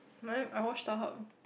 my I watch Starhub